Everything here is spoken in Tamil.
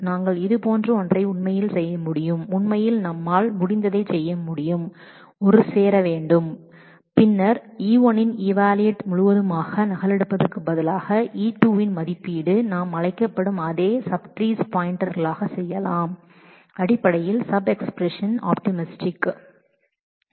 நாங்கள் இது போன்ற ஒன்றை உண்மையில் செய்ய முடியும் உண்மையில் நம்மால் முடிந்ததைச் செய்ய முடியும் ஒரு ஜாயின் செய்ய வேண்டும் பின்னர் E1 இன் ஈவாலூவேஷன் E2 இன் ஈவாலூவேஷன் முழுவதுமாக நகலெடுப்பதற்கு பதிலாக நாம் பாயின்டர்கள் என்பதை ஒரே சப் ட்ரீஸ் என்பதற்கு செய்யலாம் அடிப்படையில் சப் எஸ்பிரஸன் ஆப்டிமைசேஷன்